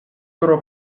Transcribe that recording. tro